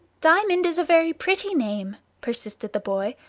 diamond is a very pretty name, persisted the boy,